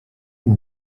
one